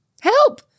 help